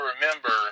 remember